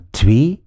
twee